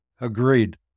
Agreed